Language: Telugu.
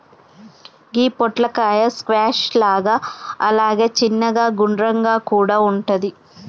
గి పొట్లకాయ స్క్వాష్ లాగా అలాగే చిన్నగ గుండ్రంగా కూడా వుంటది